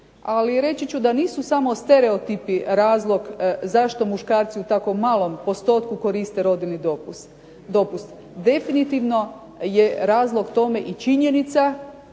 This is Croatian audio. Ali reći ću da nisu samo stereotipi razlog zašto muškarci u tako malom postotku koriste rodiljni dopust. Definitivno je razlog tome i činjenica,